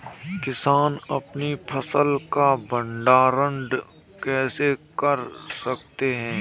किसान अपनी फसल का भंडारण कैसे कर सकते हैं?